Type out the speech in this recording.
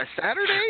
Saturday